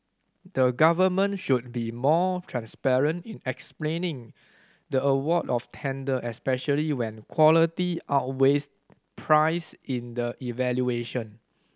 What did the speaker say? the government should be more transparent in explaining the award of tender especially when quality outweighs price in the evaluation